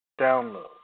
Download